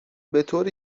بطور